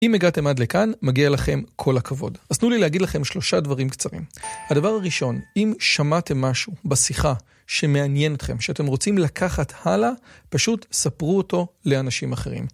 אם הגעתם עד לכאן, מגיע לכם כל הכבוד. אז תנו לי להגיד לכם שלושה דברים קצרים. הדבר הראשון, אם שמעתם משהו בשיחה שמעניין אתכם, שאתם רוצים לקחת הלאה, פשוט ספרו אותו לאנשים אחרים.